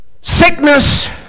sickness